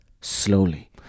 slowly